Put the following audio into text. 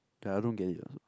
that I don't get it also